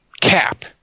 cap